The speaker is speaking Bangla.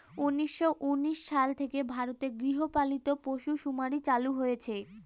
উনিশশো উনিশ সাল থেকে ভারতে গৃহপালিত পশুসুমারী চালু হয়েছে